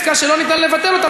ועסקה שלא ניתן לבטל אותה,